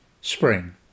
spring